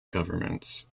governments